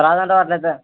రాదంటావు అట్లయితే